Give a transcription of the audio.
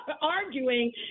arguing